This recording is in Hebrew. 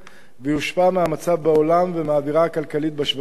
ויושפע מהמצב בעולם ומהאווירה הכלכלית בשווקים,